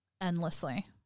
endlessly